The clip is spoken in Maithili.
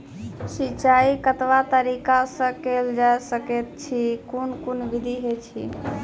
सिंचाई कतवा तरीका सअ के जेल सकैत छी, कून कून विधि ऐछि?